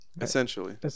essentially